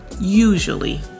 Usually